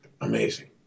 Amazing